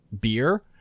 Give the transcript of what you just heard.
beer